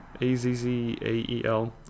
A-Z-Z-A-E-L